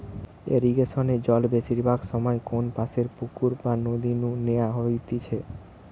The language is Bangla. ইরিগেশনে জল বেশিরভাগ সময় কোনপাশের পুকুর বা নদী নু ন্যাওয়া হইতেছে